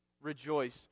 rejoice